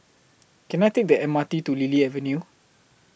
Can I Take The M R T to Lily Avenue